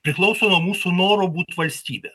priklauso nuo mūsų noro būt valstybe